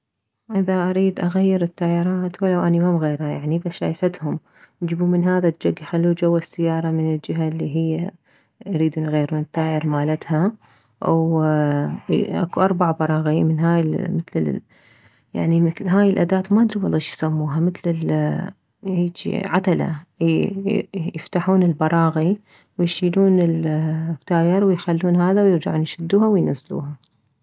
اذا اريد اغير التايرات ولو اني ممغيرة يعني شايفتهم يجيبون من هذا الجك يخلوه جوه السيارة من الجهة الي هي يريدون يغيرون التاير مالتها واكو اربع براغي من هاي مثل من هاي مثل الاداة ما ادري والله شيسموها مثل هيجي عتلة يفتحون البراغي ويشيلون التاير ويخلون هذا ويرجعون يشدوها وينزلوها